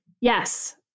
Yes